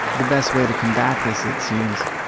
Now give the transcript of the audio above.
the best way to combat this it seems,